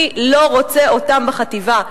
אני לא רוצה אותם בחטיבה.